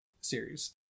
series